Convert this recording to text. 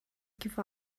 give